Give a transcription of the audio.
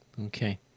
Okay